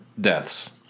deaths